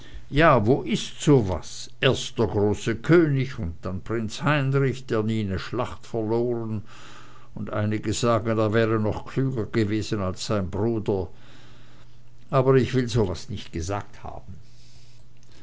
ja wo ist so was erst der große könig und dann prinz heinrich der nie ne schlacht verloren und einige sagen er wäre noch klüger gewesen als sein bruder aber ich will so was nicht gesagt haben